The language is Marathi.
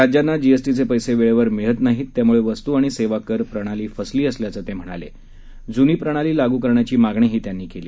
राज्यांना जीएसटीचे पैसे वेळेवर मिळत नाहीत त्यामुळे वस्तू आणि सेवा कर प्रणाली फसली असल्याचं सांगत जुनी प्रणाली लागू करण्याची मागणी त्यांनी केली